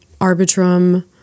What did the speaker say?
Arbitrum